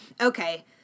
okay